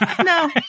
No